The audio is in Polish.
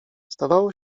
zdawało